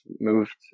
moved